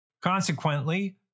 Consequently